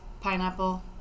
pineapple